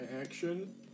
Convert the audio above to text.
action